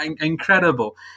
incredible